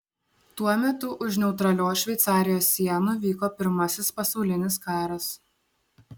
tuo metu už neutralios šveicarijos sienų vyko pirmasis pasaulinis karas